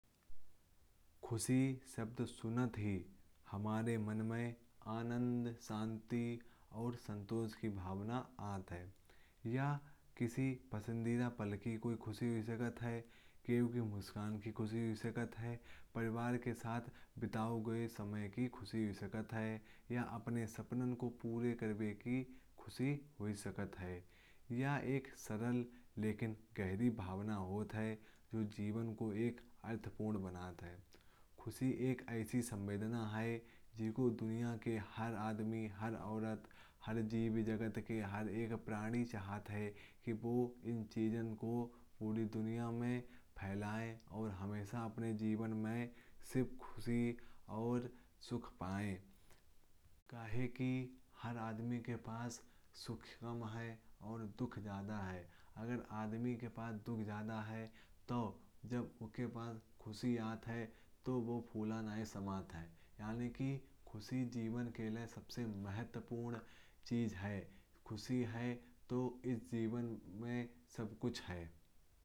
ख़ुशी शब्द सुनते ही हमारे मन में आनंद शांति और संतोष की भावना आती है। ये किसी पसंदीदा पल की ख़ुशी हो सकती है। जैसे किसी की मुस्कान परिवार के साथ बिताया गया समय। या अपने सपने को पूरा करने की ख़ुशी। ये एक सरल लेकिन गहरी भावना होती है जो जीवन को एक अर्थपूर्ण बनाती है। ख़ुशी एक ऐसी संवेदना है जिसे दुनिया का हर आदमी। हर औरत और हर जीव जन्तु चाहता है हर कोई चाहता है। कि ये ख़ुशी उनके जीवन में हो और वो अपने जीवन में सिर्फ ख़ुशी और सुख पाए। क्योंकि हर आदमी के पास सुख कम और दुःख ज़्यादा होते हैं। अगर किसी आदमी के पास दुःख ज़्यादा है तो जब उन्हें ख़ुशी का अनुभव होता है। तो वो फूल जाते हैं इसलिए ख़ुशी जीवन के लिए सबसे महत्वपूर्ण चीज़ है। अगर ख़ुशी है तो इस जीवन में सब कुछ है।